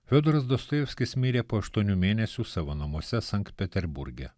fiodoras dostojevskis mirė po aštuonių mėnesių savo namuose sankt peterburge